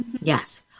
Yes